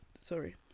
Sorry